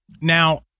Now